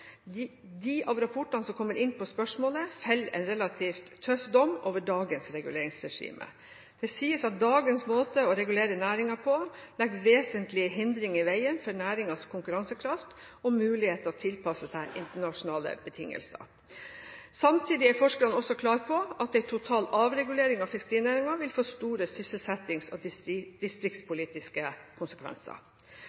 De av rapportene som kommer inn på spørsmålet, feller en relativt tøff dom over dagens reguleringsregime. Det sies at dagens måte å regulere næringen på legger vesentlige hindringer i veien for næringens konkurransekraft og mulighet til å tilpasse seg internasjonale rammebetingelser. Samtidig er forskerne også klare på at en total avregulering av fiskerinæringen vil få store sysselsettings- og